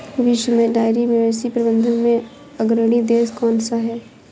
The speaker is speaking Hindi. विश्व में डेयरी मवेशी प्रबंधन में अग्रणी देश कौन सा है?